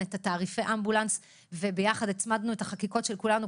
את תעריפי האמבולנס וביחד הצמדנו את החקיקות של כולנו,